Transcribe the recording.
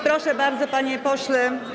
Proszę bardzo, panie pośle.